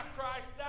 Christ